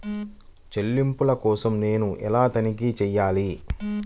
చెల్లింపుల కోసం నేను ఎలా తనిఖీ చేయాలి?